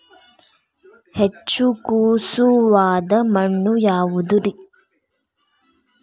ಹೆಚ್ಚು ಖಸುವಾದ ಮಣ್ಣು ಯಾವುದು ರಿ?